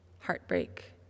heartbreak